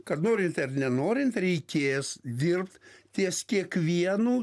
kad norint ar nenorint reikės dirbt ties kiekvienu